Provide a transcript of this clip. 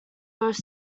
both